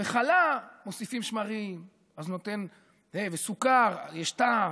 בחלה מוסיפים שמרים וסוכר ויש טעם,